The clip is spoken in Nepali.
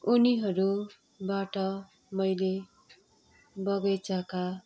उनीहरूबाट मैले बगैँचाका